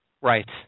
Right